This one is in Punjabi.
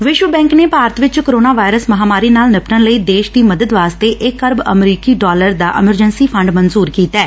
ਵਿਸ਼ਵ ਬੈਂਕ ਨੇ ਭਾਰਤ ਵਿਚ ਕੋਰੋਨਾ ਵਾਇਰਸ ਮਹਾਂਮਾਰੀ ਨਾਲ ਨਿਪੱਟਣ ਲਈ ਦੇਸ਼ ਦੀ ਮਦਦ ਵਾਸਤੇ ਇਕ ਅਰਬ ਅਮਰੀਕੀ ਡਾਲਰ ਦਾ ਐਮਰਜੈਂਸੀ ਫੰਡ ਮਨਜੁਰ ਕੀਤੈ